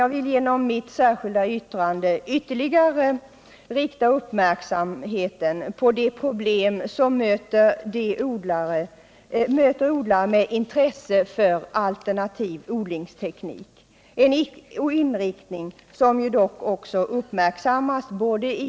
Jag vill med mitt särskilda yttrande ytterligare fästa uppmärksamheten på de problem som möter odlare med intresse för alternativ odlingsteknik, en inriktning som dock uppmärksammats både i